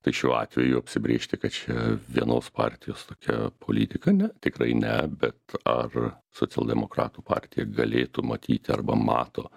tai šiuo atveju apsibrėžti kad čia vienos partijos tokia politika ne tikrai ne bet ar socialdemokratų partija galėtų matyti arba mato